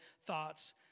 thoughts